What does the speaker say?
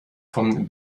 von